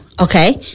Okay